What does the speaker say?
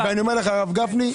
אני אומר לך הרב גפני,